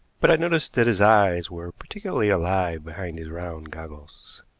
but i noticed that his eyes were particularly alive behind his round goggles.